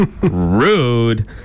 Rude